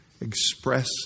express